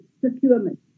procurement